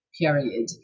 period